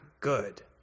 good